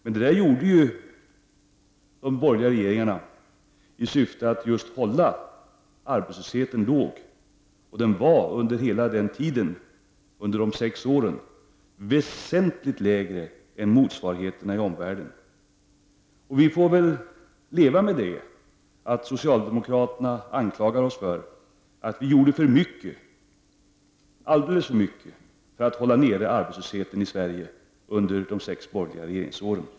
Men detta gjorde ju de borgerliga regeringarna i syfte att just hålla arbetslösheten låg, och den var under hela denna tid, under de sex åren, väsentligt lägre än motsvarande arbetslöshet i omvärlden. Och vi får väl leva med att socialdemokraterna anklagar oss för att vi gjorde alldeles för mycket för att hålla nere arbetslösheten i Sverige under de sex borgerliga regeringsåren.